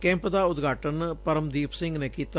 cap ਦਾ ਉਦਘਾਟਨ ਪਰਮਦੀਪ ਸਿੰਘ ਨੇ ਕੀਤਾ